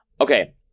Okay